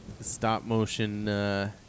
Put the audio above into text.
stop-motion